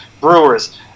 Brewers